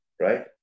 right